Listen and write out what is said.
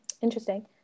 interesting